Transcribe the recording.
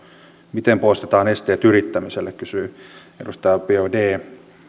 miten poistetaan esteet yrittämiselle kysyi edustaja biaudet